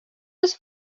was